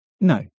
no